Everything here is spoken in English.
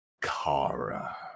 Kara